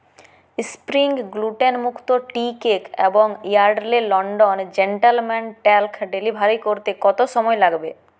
spring গ্লুটেনমুক্ত tea cake এবং Yardley London gentleman talc delivery করতে কত সময় লাগবে